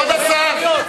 כבוד השר גדעון סער,